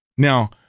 Now